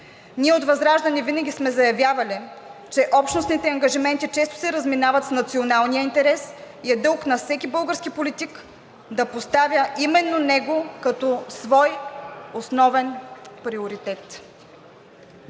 Ние от ВЪЗРАЖДАНЕ винаги сме заявявали, че общностните ангажименти често се разминават с националния интерес, и е дълг на всеки български политик да поставя именно него като свой основен приоритет.